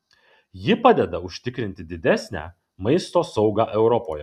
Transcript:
ji padeda užtikrinti didesnę maisto saugą europoje